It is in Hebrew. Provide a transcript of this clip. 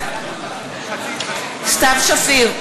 בעד סתיו שפיר,